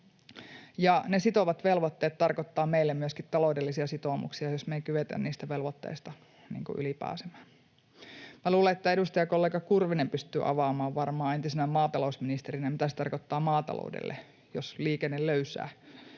ne sitovat velvoitteet tarkoittavat meille myöskin taloudellisia sitoumuksia, jos me ei kyetä niistä velvoitteista yli pääsemään. Minä luulen, että edustajakollega Kurvinen pystyy varmaan avaamaan entisenä maatalousministerinä, mitä se tarkoittaa maataloudelle, jos liikenne löysää